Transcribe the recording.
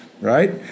Right